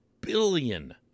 billion